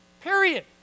period